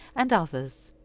and others.